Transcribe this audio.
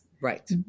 Right